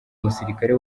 musirikare